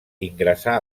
ingressà